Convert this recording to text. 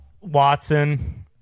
Watson